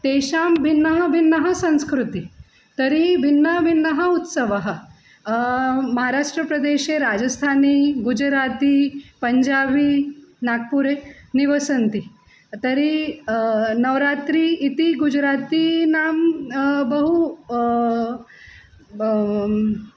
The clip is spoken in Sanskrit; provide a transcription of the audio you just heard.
तेषां भिन्नः भिन्नः संस्कृतिः तर्हि भिन्नभिन्नः उत्सवः महाराष्ट्रप्रदेशे राजस्थानी गुजराती पञ्जाबी नाग्पुरे निवसन्ति तर्हि नवरात्री इति गुजरातीनां बहु